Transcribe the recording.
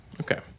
Okay